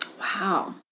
Wow